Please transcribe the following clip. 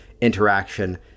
interaction